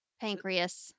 Pancreas